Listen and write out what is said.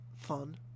fun